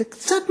זה קצת מעליב,